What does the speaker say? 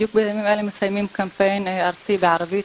בדיוק בימים אלה אנחנו מסיימים קמפיין ארצי בערבית,